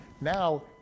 Now